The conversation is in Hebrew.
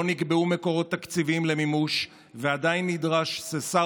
לא נקבעו מקורות תקציביים למימוש ועדיין נדרש ששר